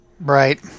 Right